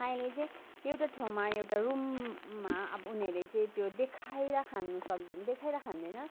अहिले चाहिँ एउटा ठाउँमा एउटा रुममा अब उनीहरूले चाहिँ देखाएर खानु सक्दैन देखाएर खाँदैन